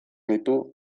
ditu